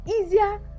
easier